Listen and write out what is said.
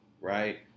right